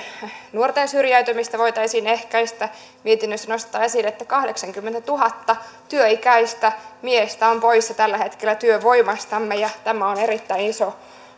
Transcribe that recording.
nuorten syrjäytymistä voitaisiin ehkäistä mietinnössä nostetaan esille että kahdeksankymmentätuhatta työikäistä miestä on pois tällä hetkellä työvoimastamme ja tämä on erittäin iso